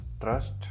trust